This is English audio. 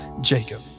jacob